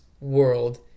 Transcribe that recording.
world